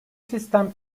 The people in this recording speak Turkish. sistem